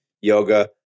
yoga